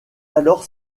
alors